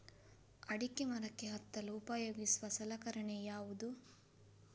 ಅಡಿಕೆ ಮರಕ್ಕೆ ಹತ್ತಲು ಉಪಯೋಗಿಸುವ ಸಲಕರಣೆ ಯಾವುದು?